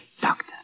Doctor